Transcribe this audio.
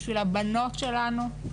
אלא בשביל הבנות שלנו,